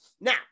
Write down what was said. Now